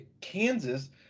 Kansas